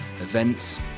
events